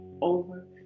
over